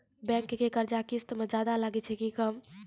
Bank के कर्जा किस्त मे ज्यादा लागै छै कि कम?